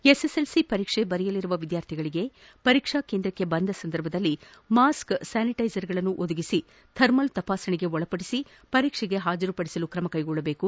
SSLC ಪರೀಕ್ಷೆ ಬರೆಯಲಿರುವ ವಿದ್ಯಾರ್ಥಿಗಳಿಗೆ ಪರೀಕ್ಷಾ ಕೇಂದ್ರಕ್ಕೆ ಬಂದ ಸಂದರ್ಭದಲ್ಲಿ ಮಾಸ್ಕ್ ಸ್ಥಾನಿಟೈಜರ್ಗಳನ್ನು ಒದಗಿಸಿ ಥರ್ಮಲ್ ತಪಾಸಣೆಗೆ ಒಳಪಡಿಸಿ ಪರೀಕ್ಷೆಗೆ ಹಾಜರುಪಡಿಸಲು ಕ್ರಮ ಕೈಗೊಳ್ಳಬೇಕು